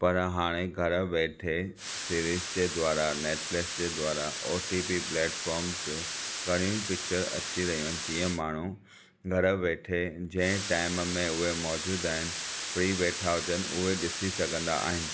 पर हाणे घरु वेठे सीरीज़ जे द्वारां नेटफ्लिक्स जे द्वारां ओटिपी पलेटफॉम ते घणियूं ई पिक्चरूं अची रहियूं आहिनि जीअं माण्हूं घरु वेठे जंहिं टाइम में उहे मौजूदु आहिनि फ़्री वेठा हुजनि उहे ॾिसी सघंदा आहिनि